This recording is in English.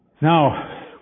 Now